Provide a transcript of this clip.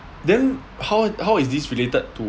then how how is this related to